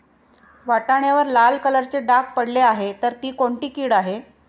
वाटाण्यावर लाल कलरचे डाग पडले आहे तर ती कोणती कीड आहे?